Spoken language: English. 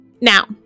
Now